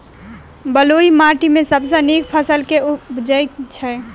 बलुई माटि मे सबसँ नीक फसल केँ उबजई छै?